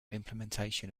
implementation